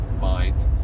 mind